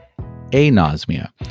anosmia